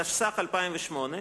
התשס"ח 2008,